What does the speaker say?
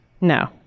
No